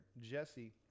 Jesse